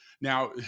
now